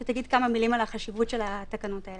שתגיד כמה מילים על חשיבות התקנות האלה.